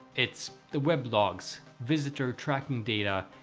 it's the web logs, visitor tracking data,